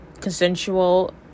consensual